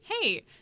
Hey